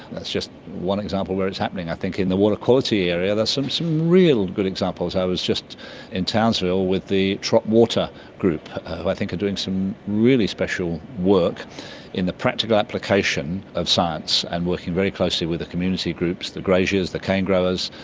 that's just one example where it's happening. i think in the water quality area there are some real good examples. i was just in townsville with the tropwater group who i think are doing some really special work in the practical application of science and working very closely with the community groups, the graziers, the cane growers.